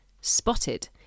Spotted